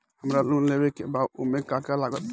हमरा लोन लेवे के बा ओमे का का लागत बा?